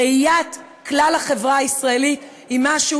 ראיית כלל החברה הישראלית היא משהו